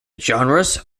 genres